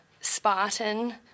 spartan